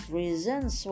reasons